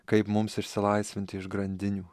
kaip mums išsilaisvinti iš grandinių